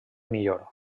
millor